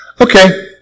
Okay